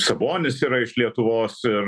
sabonis yra iš lietuvos ir